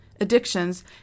addictions